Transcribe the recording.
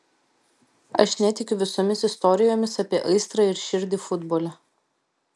aš netikiu visomis istorijomis apie aistrą ir širdį futbole